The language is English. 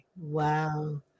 Wow